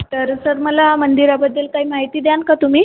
तर सर मला मंदिराबद्दल काही माहिती द्यान का तुम्ही